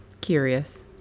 Curious